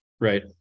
Right